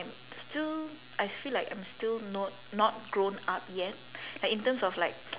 still I feel like I'm still not not grown up yet like in terms of like